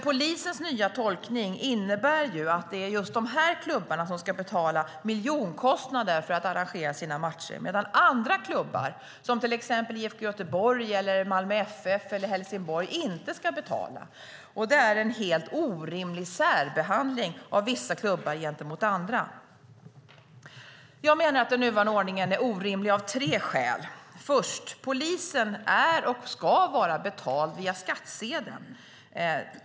Polisens nya tolkning innebär att det är just de här klubbarna som ska betala miljonkostnader för att arrangera sina matcher, medan andra klubbar, som till exempel IFK Göteborg, Malmö FF eller Helsingborg, inte ska betala. Det är en helt orimlig särbehandling av vissa klubbar gentemot andra. Jag menar att den nuvarande ordningen är orimlig av tre skäl. Det första skälet är att polisen är, och ska vara, betald via skattsedeln.